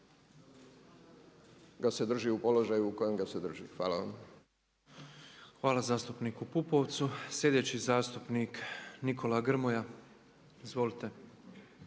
ga se drži u položaju u kojem ga se drži. Hvala vam. **Petrov, Božo (MOST)** Hvala zastupniku Pupovcu. Sljedeći zastupnik Nikola Grmoja. **Grmoja,